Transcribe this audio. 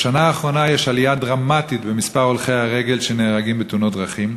בשנה האחרונה יש עלייה דרמטית במספר הולכי הרגל שנהרגים בתאונות דרכים.